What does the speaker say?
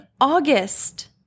August